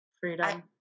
freedom